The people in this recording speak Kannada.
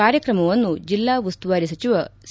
ಕಾರ್ಯಕ್ರಮವನ್ನು ಜಿಲ್ಲಾ ಉಸ್ತುವಾರಿ ಸಚಿವ ಸಿ